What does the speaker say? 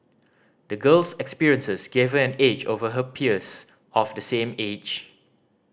the girl's experiences gave her an edge over her peers of the same age